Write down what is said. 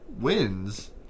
wins